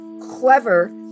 clever